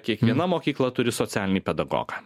kiekviena mokykla turi socialinį pedagogą